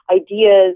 ideas